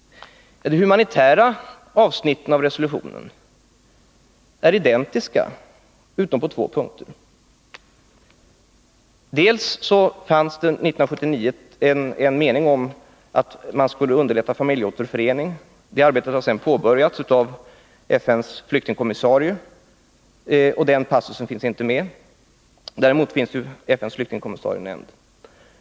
De humanitära avsnitten av resolutionerna är identiska utom på två punkter. 1979 fanns en mening om att man skulle underlätta familjeåterförening. Det arbetet har sedan påbörjats av FN:s flyktingkommissarie, och den passusen finns inte med. Däremot finns FN:s flyktingkommissarie nämnd.